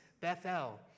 bethel